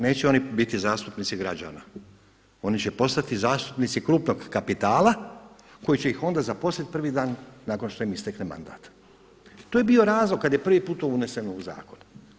Neće oni biti zastupnici građana, oni će postati zastupnici krupnog kapitala koji će ih onda zaposliti prvi dan nakon što im istekne mandat, to je bio razlog kada je to prvi put to uneseno u zakon.